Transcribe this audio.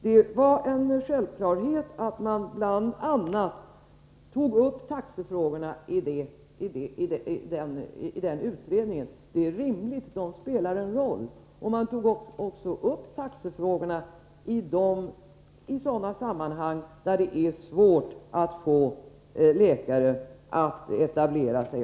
Det var en självklarhet att man bl.a. tog upp taxefrågorna i den utredningen — det var rimligt, eftersom taxorna spelar en roll. Man tog också upp taxefrågorna i de fall där det var svårt att få läkare att etablera sig.